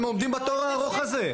הם עומדים בתור הארוך הזה.